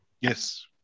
Yes